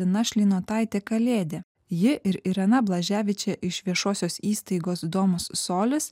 lina šleinotaitė kalėdė ji ir irena blaževičė iš viešosios įstaigos domus solis